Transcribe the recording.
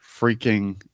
freaking